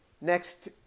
next